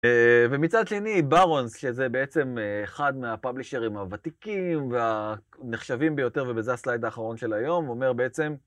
ומצד שני, ברונס, שזה בעצם אחד מהפאבלישרים הוותיקים והנחשבים ביותר, וזה הסלייד האחרון של היום, אומר בעצם,